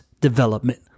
development